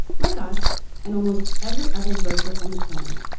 like us, and almost every other vertebrate on the planet,